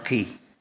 पखी